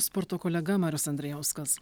sporto kolega marius andrijauskas